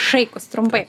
šaikus trumpai